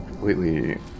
completely